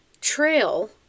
trail